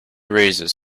raises